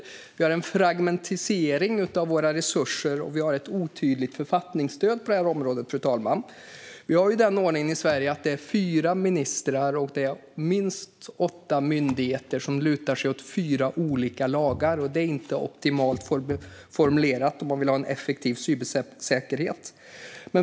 Det sker en fragmentisering av resurserna, och författningsstödet är otydligt på området, fru talman. Vi har den ordningen i Sverige att det är fyra ministrar och minst åtta myndigheter som lutar sig mot fyra olika lagar. Det är inte optimalt formulerat om vi vill ha en effektiv cybersäkerhet.